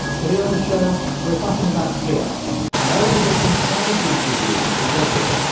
today on the show, we're talking about chaos and all of the different strategies we use to cope with it